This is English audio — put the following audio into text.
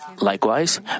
Likewise